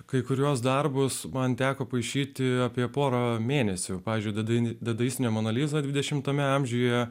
kai kuriuos darbus man teko paišyti apie porą mėnesių pavyzdžiui tada dadaistinė mona liza dvidešimtame amžiuje